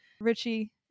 Richie